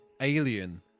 alien